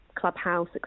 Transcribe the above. clubhouse